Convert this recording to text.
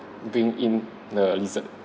bring in the lizard